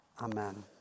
Amen